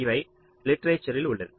இவை லிட்டிரேஸ்சர்ரில் உள்ளது